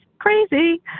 crazy